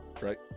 right